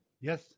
yes